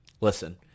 listen